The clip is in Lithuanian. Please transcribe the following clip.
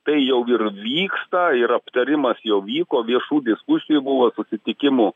tai jau ir vyksta ir aptarimas jau vyko viešų diskusijų buvo susitikimų